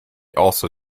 also